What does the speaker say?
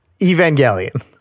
Evangelion